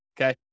okay